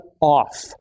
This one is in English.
off